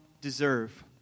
deserve